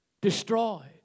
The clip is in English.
destroyed